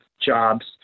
jobs